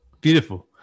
Beautiful